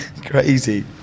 crazy